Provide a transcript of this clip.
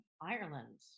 Ireland